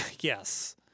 Yes